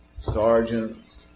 sergeants